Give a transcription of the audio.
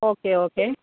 okay okay